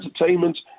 entertainment